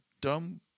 dumb